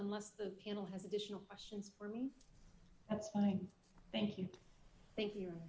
unless the panel has additional questions for me that's fine thank you thank you